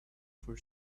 for